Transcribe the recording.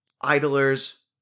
idlers